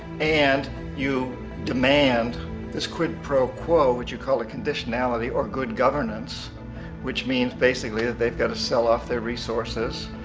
and you demand this quid pro quo what you call a conditionality or good governance which means basically that they got to sell off their resources,